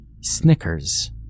Snickers